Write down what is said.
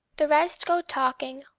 the rest go talking,